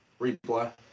replay